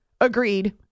agreed